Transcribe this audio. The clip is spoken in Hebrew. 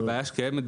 הבעיה שקיימת,